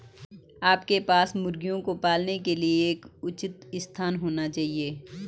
आपके पास मुर्गियों को पालने के लिए एक उचित स्थान होना चाहिए